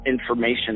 Information